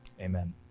Amen